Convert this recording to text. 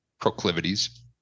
proclivities